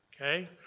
Okay